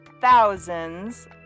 thousands